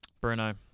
Bruno